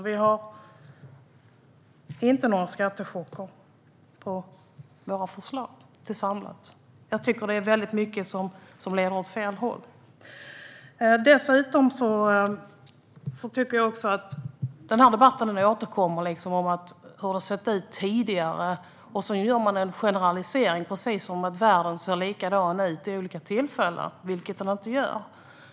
Vi har inte några skattechocker i våra samlade förslag. Jag tycker att det är väldigt mycket som leder åt fel håll. Dessutom tycker jag att debatten om hur det har sett ut tidigare återkommer. Sedan gör man en generalisering, precis som att världen ser likadan ut vid olika tillfällen, vilket den inte gör.